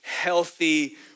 healthy